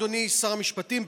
אדוני שר המשפטים,